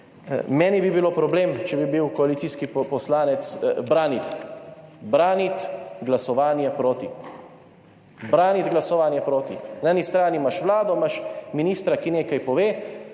meni bi bilo problem, če bi bil koalicijski poslanec, braniti, braniti glasovanje proti. Braniti glasovanje proti. Na eni strani imaš vlado, imaš ministra, ki nekaj pove,